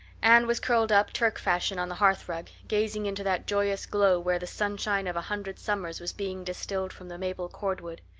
anne was curled up turk-fashion on the hearthrug, gazing into that joyous glow where the sunshine of a hundred summers was being distilled from the maple cordwood.